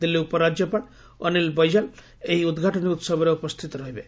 ଦିଲ୍ଲୀ ଉପ ରାଜ୍ୟପାଳ ଅନିଲ ବୈକାଲ୍ ଏହି ଉଦ୍ଘାଟନୀ ଉହବରେ ଉପସ୍ଥିତ ରହିବେ